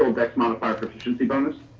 dex modifier, proficiency bonus?